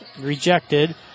rejected